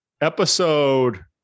Episode